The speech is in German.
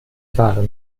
waren